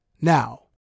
now